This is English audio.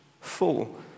full